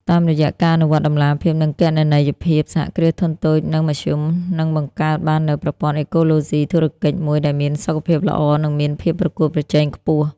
តាមរយៈការអនុវត្តតម្លាភាព និងគណនេយ្យភាព សហគ្រាសធុនតូច និងមធ្យម នឹងបង្កើតបាននូវប្រព័ន្ធអេកូឡូស៊ីធុរកិច្ចមួយដែលមានសុខភាពល្អ និងមានភាពប្រកួតប្រជែងខ្ពស់។